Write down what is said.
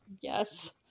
yes